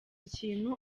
ikintu